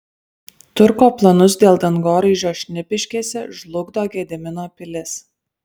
turko planus dėl dangoraižio šnipiškėse žlugdo gedimino pilis